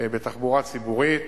בתחבורה ציבורית,